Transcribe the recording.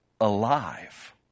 alive